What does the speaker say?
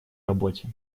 работе